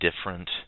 different